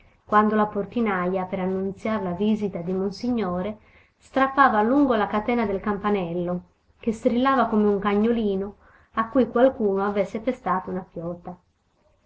quando la portinaja per annunziar la visita di monsignore strappava a lungo la catena del campanello che strillava come un cagnolino a cui qualcuno avesse pestato una piota